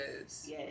Yes